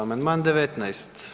Amandman 19.